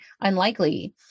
unlikely